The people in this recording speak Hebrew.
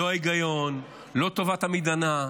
לא ההיגיון,